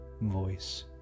voice